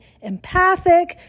empathic